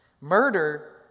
Murder